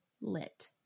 lit